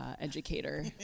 educator